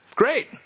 great